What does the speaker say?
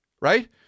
Right